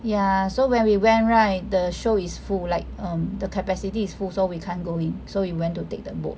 ya so when we went right the show is full like um the capacity is full so we can't go in so we went to take the boat